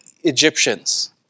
egyptians